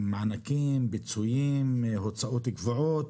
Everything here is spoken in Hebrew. מענקים, פיצויים, הוצאות קבועות.